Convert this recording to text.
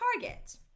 target